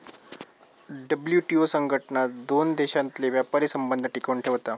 WTO संघटना दोन देशांतले व्यापारी संबंध टिकवन ठेवता